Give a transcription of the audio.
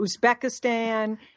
Uzbekistan